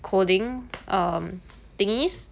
coding um thingys